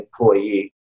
employee